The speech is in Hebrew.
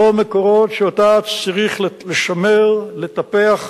זו "מקורות" שאותה צריך לשמר, לטפח,